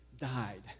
died